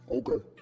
okay